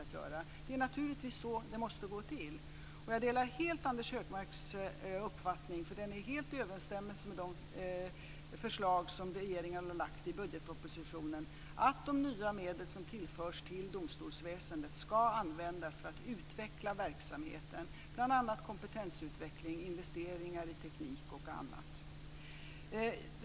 Det är naturligtvis så det måste gå till. Jag delar helt Anders Högmarks uppfattning. Den är helt i överensstämmelse med de förslag som regeringen har lagt fram i budgetpropositionen, dvs. att de nya medel som tillförs domstolsväsendet ska användas för att utveckla verksamheten, bl.a. kompetensutveckling, investeringar i teknik och annat.